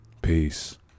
Peace